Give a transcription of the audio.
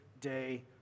day